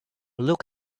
look